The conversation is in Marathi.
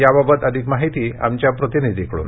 याबाबतची अधिक माहिती आमच्या प्रतिनिधीकडून